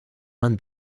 man